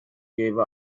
gave